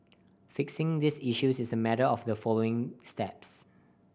fixing these issues is a matter of following the steps